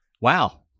wow